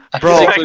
Bro